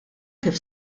kif